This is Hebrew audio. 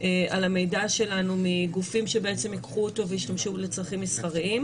על המידע שלנו מגופים שייקחו אותו וישתמשו בו לצרכים מסחריים?